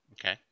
Okay